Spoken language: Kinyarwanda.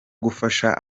gufasha